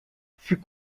fut